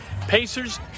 Pacers